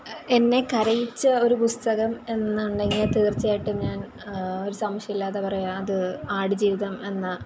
എന്നെ കരയിച്ച ഒരു പുസ്തകം എന്ന് ഉണ്ടെങ്കിൽ തീർച്ചയായിട്ടും ഞാൻ ഒരു സംശയവും ഇല്ലാതെ പറയും അത് ആടുജീവിതം എന്ന